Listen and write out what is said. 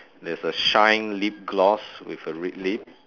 there's a shine lip gloss with a red lip